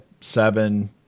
seven